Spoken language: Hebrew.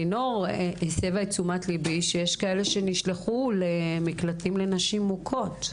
לינור הסבה את תשומת לבי שיש כאלה שנשלחו למקלטים לנשים מוכות.